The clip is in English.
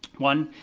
one,